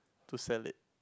to sell it